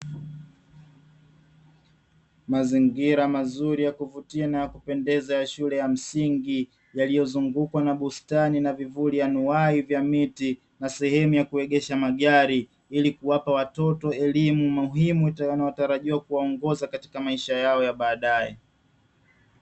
Mazingira mazuri ya kuvutia na ya kupendeza ya shule ya msingi, yaliyozungukwa na bustani na vivuli anuai vya miti, na sehemu ya kuegesha magari ili kuwapa watoto elimu muhimu inayotarajiwa kuwaongoza katika maisha yao ya baadae.